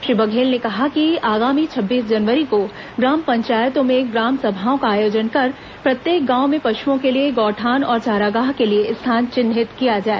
श्री बघेल ने कहा कि आगामी छब्बीस जनवरी को ग्राम पंचायतों में ग्राम सभाओं का आयोजन कर प्रत्येक गांव में पशुओं के लिए गौठान और चारागाह के लिए स्थान चिन्हित किया जाए